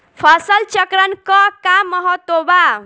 फसल चक्रण क का महत्त्व बा?